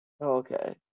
Okay